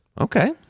Okay